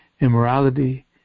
immorality